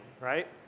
right